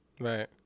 Right